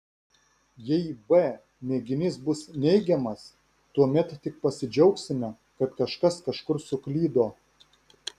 jei b mėginys bus neigiamas tuomet tik pasidžiaugsime kad kažkas kažkur suklydo